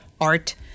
art